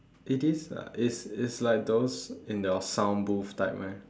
it is lah it's it's like those in the sound booth type meh